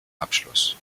abschluss